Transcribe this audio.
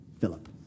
Philip